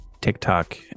TikTok